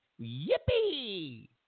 Yippee